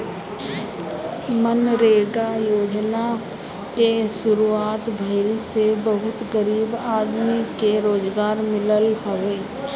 मनरेगा योजना के शुरुआत भईला से बहुते गरीब आदमी के रोजगार मिलल हवे